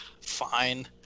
Fine